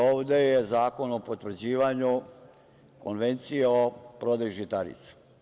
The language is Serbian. Ovde je zakon o potvrđivanju Konvencije o prodaji žitarica.